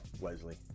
Wesley